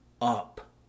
up